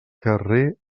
carrer